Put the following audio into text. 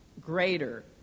greater